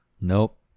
Nope